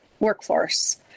workforce